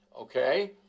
okay